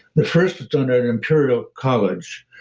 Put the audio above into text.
the first was done at imperial college